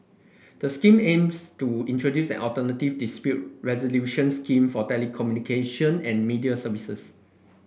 the scheme aims to introduce an alternative dispute resolution scheme for telecommunication and media services